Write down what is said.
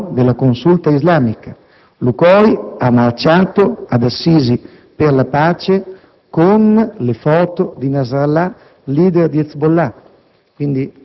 al tavolo della consulta islamica. L'Ucoii ha marciato ad Assisi per la pace con le foto di Nasrallah, *leader* di Hezbollah.